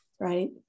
right